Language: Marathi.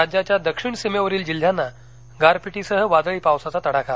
राज्याच्या दक्षिण सीमेवरील जिल्ह्यांना गारपिटीसह वादळी पावसाचा तडाखा